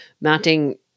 mounting